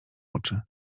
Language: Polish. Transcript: oczy